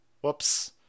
Whoops